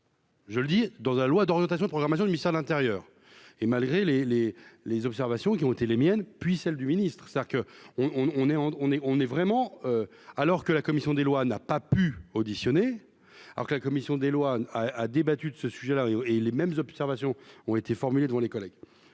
Je le dis dans un loi d'orientation de programmation de ministère de l'Intérieur et malgré les, les, les observations qui ont été les miennes, puis celle du ministre, c'est-à-dire que on on est on est on est vraiment, alors que la commission des lois n'a pas pu auditionner alors que la commission des lois a débattu de ce sujet-là et les mêmes observations ont été formulés devant les collègues.